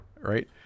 right